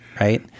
right